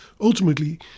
ultimately